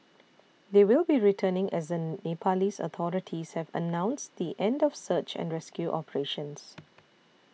they will be returning as an Nepalese authorities have announced the end of search and rescue operations